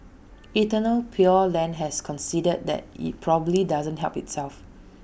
eternal pure land has conceded that IT probably didn't help itself